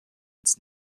ins